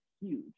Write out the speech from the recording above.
huge